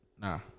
Nah